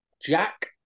Jack